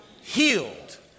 healed